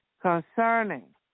concerning